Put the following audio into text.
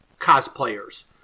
cosplayers